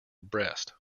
breast